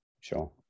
sure